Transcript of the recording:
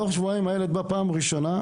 תוך שבועיים הילד שלי בא בפעם הראשונה,